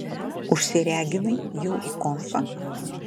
užsireginai jau į konfą